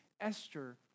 Esther